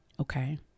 okay